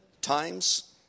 times